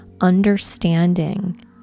Understanding